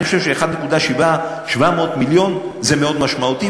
אני חושב ש-1.7 מיליארד זה מאוד משמעותי.